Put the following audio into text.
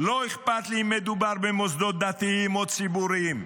לא אכפת לי אם מדובר במוסדות דתיים או ציבוריים.